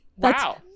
Wow